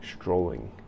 strolling